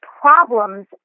problems